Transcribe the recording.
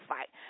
Fight